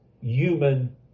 Human